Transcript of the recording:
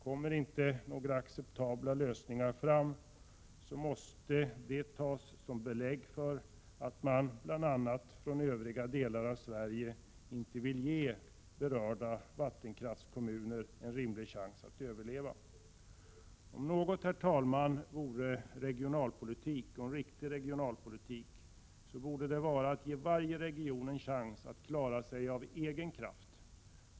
Kommer inte några acceptabla lösningar fram, måste det bl.a. tas som belägg för att man från övriga delar av Sverige inte vill ge berörda vattenkraftskommuner en rimlig chans att överleva. Om något, herr talman, vore regionalpolitik — och en riktig sådan — borde det vara att ge varje region en chans att klara sig av egen kraft.